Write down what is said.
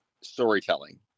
storytelling